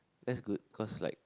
that's good cause like